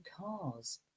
cars